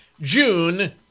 June